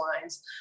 lines